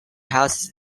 houses